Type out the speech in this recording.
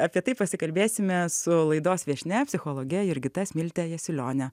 apie tai pasikalbėsime su laidos viešnia psichologe jurgita smilte jasiulione